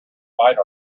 bite